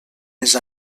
més